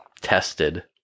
tested